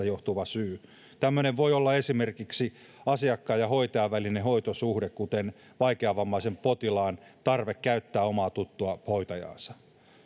johtuva syy tämmöinen voi olla esimerkiksi asiakkaan ja hoitajan välinen hoitosuhde kuten vaikeavammaisen potilaan tarve käyttää omaa tuttua hoitajaansa